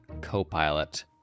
Copilot